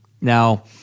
Now